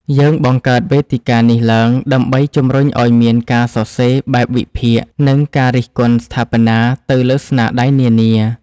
យើងបង្កើតវេទិកានេះឡើងដើម្បីជំរុញឱ្យមានការសរសេរបែបវិភាគ និងការរិះគន់ស្ថាបនាទៅលើស្នាដៃនានា។